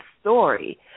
story